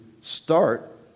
start